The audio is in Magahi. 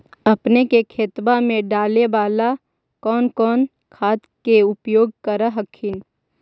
अपने के खेतबा मे डाले बाला कौन कौन खाद के उपयोग कर हखिन?